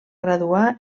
graduar